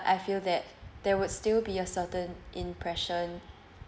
I feel that there would still be a certain impression